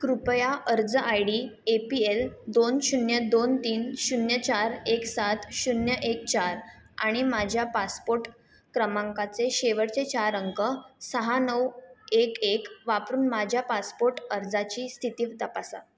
कृपया अर्ज I D A P L दोन शून्य दोन तीन शून्य चार एक सात शून्य एक चार आणि माझ्या पासपोट क्रमांकाचे शेवटचे चार अंक सहा नऊ एक एक वापरून माझ्या पासपोट अर्जाची स्थिती तपासा